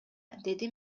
деди